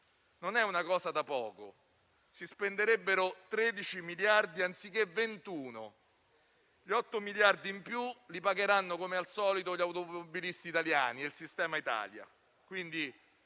Non è una cosa da poco: si spenderebbero 13 miliardi anziché 21. Gli 8 miliardi in più li pagheranno come al solito gli automobilisti italiani e il sistema Italia.